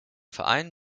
verein